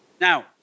Now